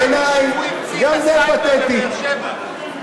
בעיני גם זה פתטי,